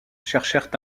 cherchèrent